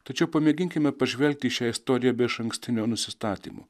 tačiau pamėginkime pažvelgti į šią istoriją be išankstinio nusistatymo